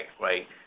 right